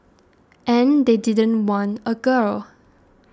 and they didn't want a girl